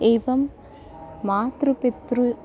एवं माता पिता